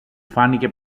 φάνηκε